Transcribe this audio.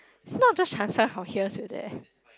not just transfer from here to there